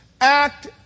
Act